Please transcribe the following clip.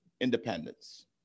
independence